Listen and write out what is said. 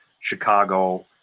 Chicago